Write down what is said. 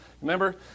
remember